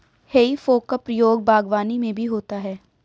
हेइ फोक का प्रयोग बागवानी में भी होता है